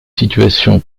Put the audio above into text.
situations